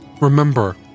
Remember